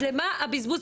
אז למה הבזבוז?